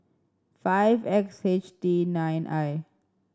five X H T nine I